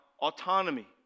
autonomy